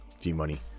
G-Money